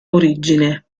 origine